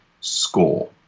score